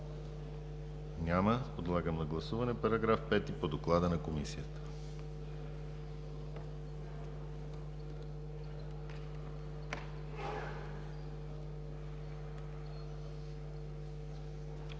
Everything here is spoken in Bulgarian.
Няма. Подлагам на гласуване § 7 по доклада на Комисията.